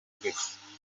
guhinduka